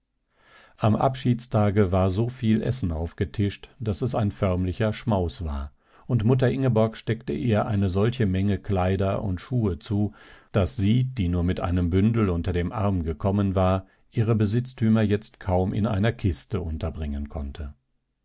am abschiedstage war so viel essen aufgetischt daß es ein förmlicher schmaus war und mutter ingeborg steckte ihr eine solche menge kleider und schuhe zu daß sie die nur mit einem bündel unter dem arm gekommen war ihre besitztümer jetzt kaum in einer kiste unterbringen konnte